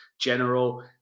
general